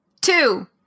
Two